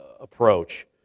approach